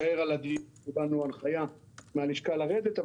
קיבלנו הנחיה מהלשכה לרדת,